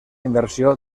inversió